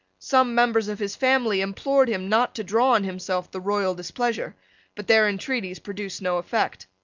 some members of his family implored him not to draw on himself the royal displeasure but their intreaties produced no effect.